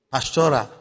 Pastora